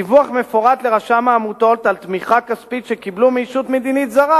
דיווח מפורט לרשם העמותות על תמיכה כספית שקיבלו מישות מדינית זרה.